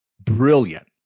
Brilliant